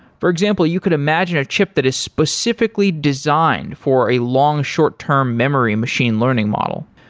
for example, you could imagine a chip that is specifically designed for a long short-term memory machine learning model.